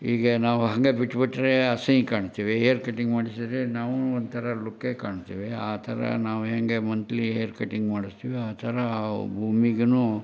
ಈಗ ನಾವು ಹಂಗೆ ಬಿಟ್ಬಿಟ್ರೆ ಅಸಹ್ಯ ಕಾಣ್ತೀವಿ ಹೇರ್ ಕಟ್ಟಿಂಗ್ ಮಾಡಿಸಿದ್ರೆ ನಾವು ಒಂಥರ ಲುಕ್ಕೆ ಕಾಣ್ತೀವಿ ಆ ಥರ ನಾವು ಹೇಗೆ ಮಂತ್ಲಿ ಹೇರ್ ಕಟ್ಟಿಂಗ್ ಮಾಡಿಸ್ತೀವಿ ಆ ಥರ ಅವು ಭೂಮಿಗೂ